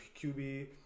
QB